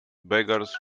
beggars